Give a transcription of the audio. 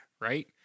right